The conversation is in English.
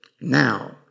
now